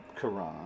Quran